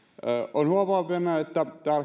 olen huomaavinani että